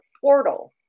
portal